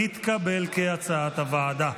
התקבל כהצעת הוועדה.